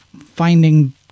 finding